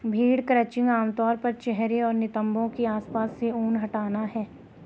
भेड़ क्रचिंग आम तौर पर चेहरे और नितंबों के आसपास से ऊन हटाना है